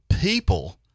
people